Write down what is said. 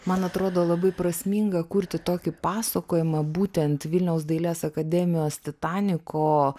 man atrodo labai prasminga kurti tokį pasakojimą būtent vilniaus dailės akademijos titaniko